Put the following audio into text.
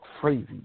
crazy